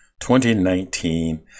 2019